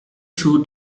two